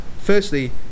Firstly